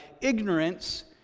ignorance